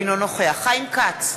אינו נוכח חיים כץ,